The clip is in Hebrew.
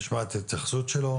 נשמע את ההתייחסות שלו,